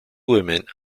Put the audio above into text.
women